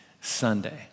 Sunday